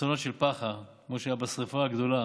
אסונות של פח"ע, כמו שהיה בשרפה הגדולה,